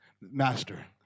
master